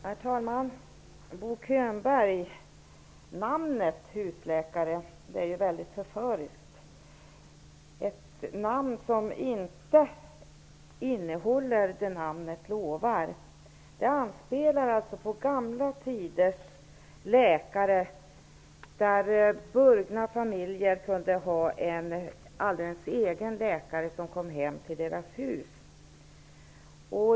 Herr talman! Beteckningen husläkare är ju väldigt förförisk. Det är en beteckning som inte innehåller vad den lovar. Den anspelar på gamla tiders läkare, då burgna familjer kunde ha en alldeles egen läkare som kom hem till deras hus.